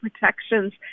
protections